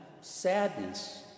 sadness